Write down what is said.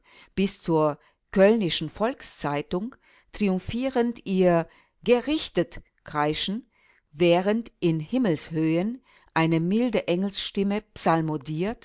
bis zur kölnischen volkszeitung triumphierend ihr gerichtet kreischen während in himmelshöhen eine milde engelsstimme